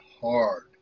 hard